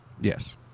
Yes